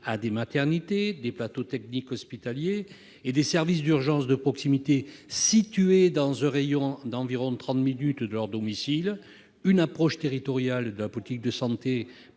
des maternités, à des plateaux techniques hospitaliers et à des services d'urgences de proximité dans un rayon d'environ trente minutes autour de leur domicile. Une approche territoriale de la politique de santé